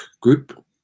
group